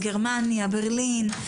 ברלין,